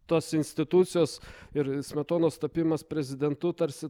tos institucijos ir smetonos tapimas prezidentu tarsi